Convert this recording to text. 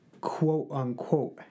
quote-unquote